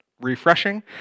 refreshing